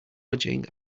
lodging